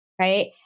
right